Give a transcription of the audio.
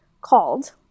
called